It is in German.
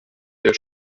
der